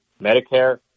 Medicare